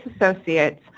associates